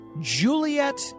Juliet